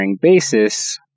basis